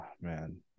man